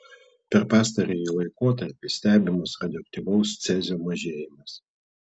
per pastarąjį laikotarpį stebimas radioaktyvaus cezio mažėjimas